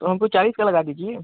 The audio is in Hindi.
तो हमको चालीस का लगा दीजिए